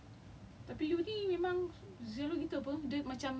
it's just a bad reputation for N_U_S again yet again